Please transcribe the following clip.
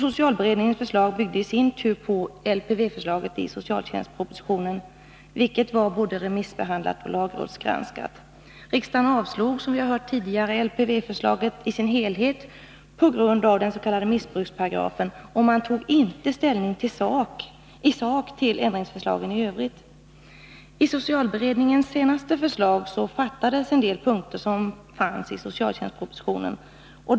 Socialberedningens förslag byggde i sin tur på LPV-förslaget i socialtjänstpropositionen, vilket var både remissbehandlat och lagrådsgranskat. Riksdagen avslog, som vi hörde tidigare, LPV-förslaget i dess helhet på grund av den s.k. missbruksparagrafen, och man tog inte ställning i sak till ändringsförslagen i övrigt. I socialberedningens senaste förslag fattades en del punkter som fanns i socialtjänstpropositionen.